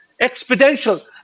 exponential